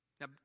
Now